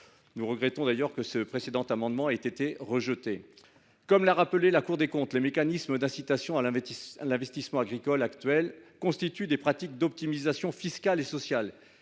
Nous regrettons d’ailleurs que cet amendement ait été rejeté. Comme l’a rappelé la Cour des comptes, les mécanismes actuels d’incitation à l’investissement agricole constituent des pratiques d’optimisation fiscale et sociale